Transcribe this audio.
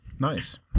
Nice